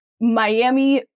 Miami